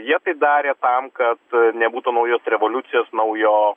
jie tai darė tam kad nebūtų naujos revoliucijos naujo